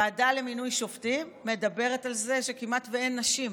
הוועדה למינוי שופטים מדברת על זה שכמעט שאין נשים.